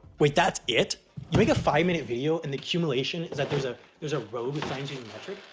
wait that's it? you make a five minute video and the cumulation is that there's ah there's ah road with signs using metric?